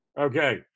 Okay